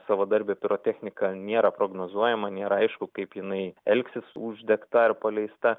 savadarbė pirotechnika nėra prognozuojama nėra aišku kaip jinai elgsis uždegta ar paleista